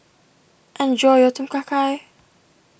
enjoy your Tom Kha Gai